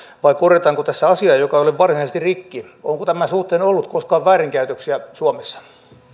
vai korjataanko tässä asia joka ei ole varsinaisesti rikki onko tämän suhteen ollut koskaan väärinkäytöksiä suomessa